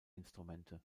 instrumente